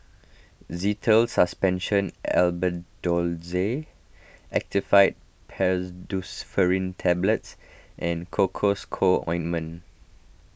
Zental Suspension Albendazole Actifed Pseudoephedrine Tablets and Cocois Co Ointment